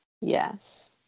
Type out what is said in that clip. yes